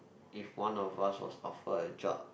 if one of us was offered a job